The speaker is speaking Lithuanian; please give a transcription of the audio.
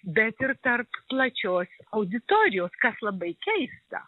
bet ir tarp plačios auditorijos kas labai keista